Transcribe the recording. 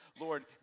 Lord